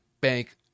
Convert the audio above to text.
bank